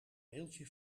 mailtje